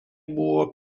buvo